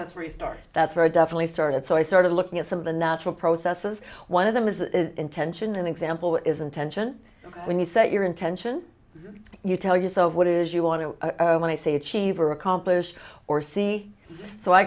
stars that's where i definitely started so i started looking at some of the natural processes one of them is the intention and example is intention when you set your intention you tell yourself what is you want to when i say achieve or accomplish or see so i